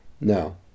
No